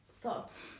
thoughts